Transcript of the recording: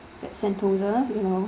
like sentosa you know